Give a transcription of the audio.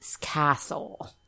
castle